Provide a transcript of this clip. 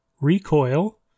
Recoil